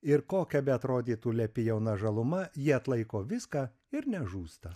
ir kokia beatrodytų lepi jauna žaluma ji atlaiko viską ir nežūsta